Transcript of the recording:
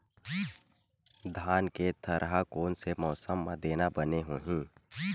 धान के थरहा कोन से मौसम म देना बने होही?